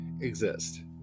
exist